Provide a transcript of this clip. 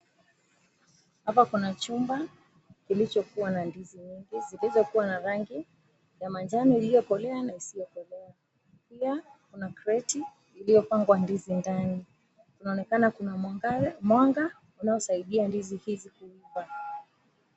Hapa kuna chumba kilichokuwa na ndizi nyingi zilizokuwa na rangi ya manjano iliyokolea na isiyokolea. Pia kuna kreti iliyopangwa ndizi ndani yake. Kunaonekana kuna mwanga unaosaidia ndizi hizi kuiva.